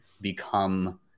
become